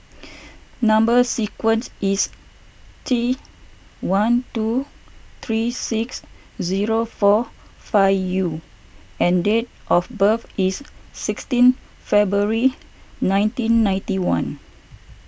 Number Sequence is T one two three six zero four five U and date of birth is sixteen February nineteen ninety one